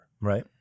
Right